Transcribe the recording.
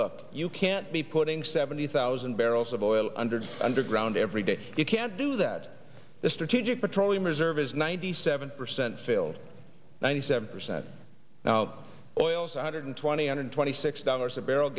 look you can't be putting seventy thousand barrels of oil under underground every day you can't do that the strategic petroleum reserve is ninety seven percent filled ninety seven percent now oil's one hundred twenty hundred twenty six dollars a barrel